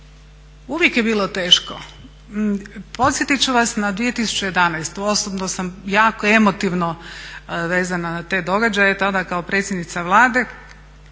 Uvijek je bilo teško. Podsjetit ću vas na 2011. Osobno sam jako emotivno vezana na te događaje, tada kao predsjednica Vlade